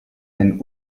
einen